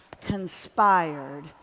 conspired